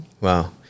wow